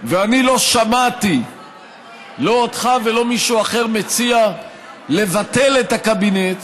ואני לא שמעתי לא אותך ולא מישהו אחר מציע לבטל את הקבינט